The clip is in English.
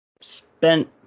spent